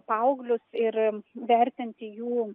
paauglius ir vertinti jų